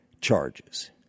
charges